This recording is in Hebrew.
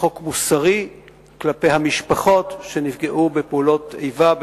וחוק מוסרי כלפי המשפחות של מי שנפגעו בפעולות איבה,